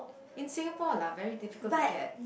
in Singapore lah very difficult to get